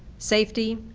safety,